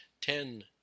ten